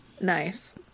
Nice